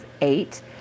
eight